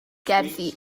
gerddi